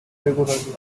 regularly